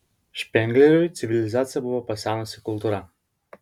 špengleriui civilizacija buvo pasenusi kultūra